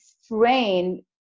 strain